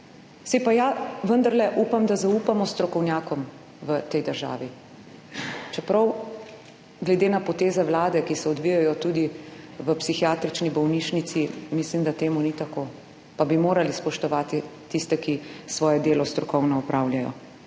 Saj pa ja vendarle upam, da zaupamo strokovnjakom v tej državi? Čeprav glede na poteze Vlade, ki se odvijajo tudi v psihiatrični bolnišnici, mislim, da temu ni tako, pa bi morali spoštovati tiste, ki svoje delo strokovno opravljajo.